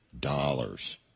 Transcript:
dollars